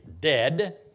dead